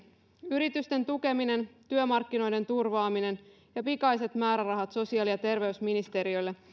yritysten tukeminen työmarkkinoiden turvaaminen ja pikaiset määrärahat sosiaali ja terveysministeriölle